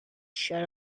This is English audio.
shut